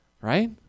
Right